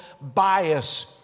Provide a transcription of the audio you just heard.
bias